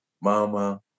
Mama